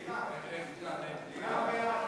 כולם בעד.